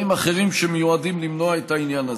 אחרים שמיועדים למנוע את העניין הזה.